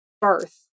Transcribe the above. birth